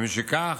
ומשכך,